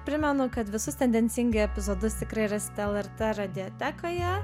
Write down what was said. primenu kad visus tendencingai epizodus tikrai rasite lrt radiotekoje